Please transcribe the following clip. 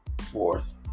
fourth